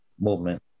movement